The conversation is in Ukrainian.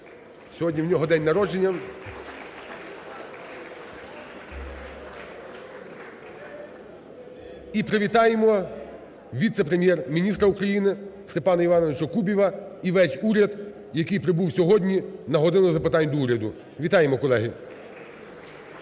сьогодні у нього день народження. (Оплески) І привітаємо віце-прем'єр-міністра України Степана Івановича Кубіва і весь уряд, який прибув сьогодні на "годину запитань до Уряду". Вітаємо, колеги.